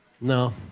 No